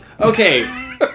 Okay